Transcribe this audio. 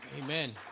Amen